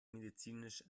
medizinisch